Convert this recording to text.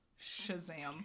Shazam